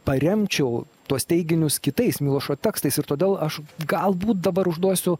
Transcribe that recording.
paremčiau tuos teiginius kitais milošo tekstais ir todėl aš galbūt dabar užduosiu